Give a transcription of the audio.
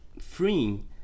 freeing